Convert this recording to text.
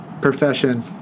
profession